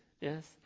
Yes